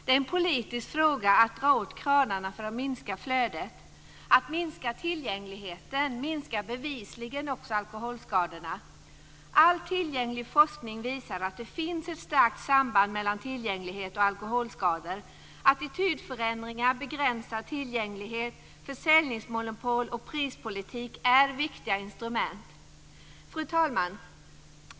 Det är en politisk fråga att dra åt kranarna för att minska flödet. Att minska tillgängligheten minskar bevisligen också alkoholskadorna. All tillgänglig forskning visar att det finns ett starkt samband mellan tillgänglighet och alkoholskador. Attitydförändringar, begränsad tillgänglighet, försäljningsmonopol och prispolitik är viktiga instrument. Fru talman!